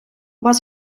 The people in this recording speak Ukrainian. вас